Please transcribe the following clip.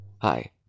Hi